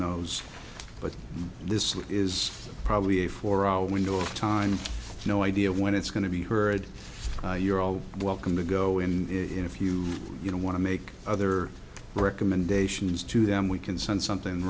those but this is probably a four hour window of time no idea when it's going to be heard you're all welcome to go in if you don't want to make other recommendations to them we can sense something